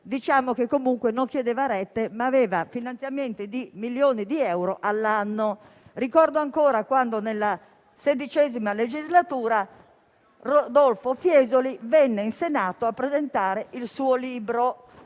davvero conveniente. Non chiedeva rette, ma aveva finanziamenti per milioni di euro all'anno. Ricordo ancora quando, nella XVI legislatura, Rodolfo Fiesoli venne in Senato a presentare il suo libro,